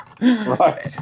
Right